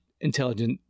intelligent